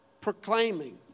proclaiming